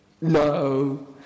No